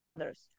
others